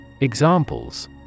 Examples